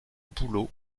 bouleau